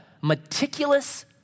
meticulous